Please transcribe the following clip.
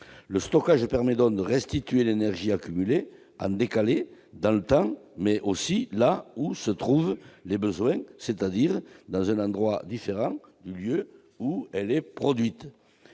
Le stockage permet donc de restituer l'énergie accumulée, en décalé, dans le temps, mais aussi là où se trouvent les besoins, c'est-à-dire dans un endroit différent du lieu où elle est produite.